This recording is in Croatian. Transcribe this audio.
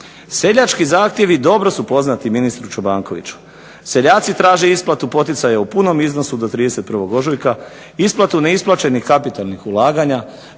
Seljački zahtjevi dobro su poznati ministru Čobankoviću, seljaci traže isplatu poticaja u punom iznosu do 31. ožujka, isplatu neisplaćenih kapitalnih ulaganja,